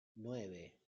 nueve